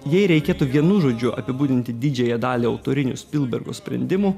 jei reikėtų vienu žodžiu apibūdinti didžiąją dalį autorinių spilbergo sprendimų